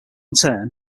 turn